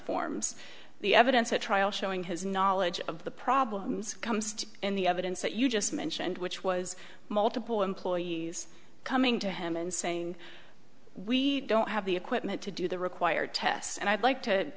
forms the evidence at trial showing his knowledge of the problems comes to in the evidence that you just mentioned which was multiple employees coming to him and saying we don't have the equipment to do the required tests and i'd like to